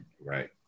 Right